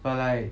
but like